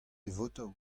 votoù